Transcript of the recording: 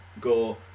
go